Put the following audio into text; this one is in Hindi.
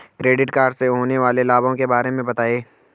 क्रेडिट कार्ड से होने वाले लाभों के बारे में बताएं?